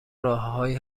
راههایی